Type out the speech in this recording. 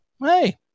hey